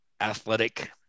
athletic